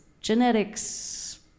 genetics